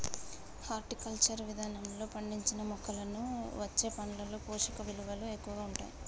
horticulture విధానంలో పండించిన మొక్కలనుండి వచ్చే పండ్లలో పోషకవిలువలు ఎక్కువగా ఉంటాయి